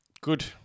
good